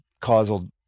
causal